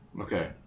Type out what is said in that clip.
Okay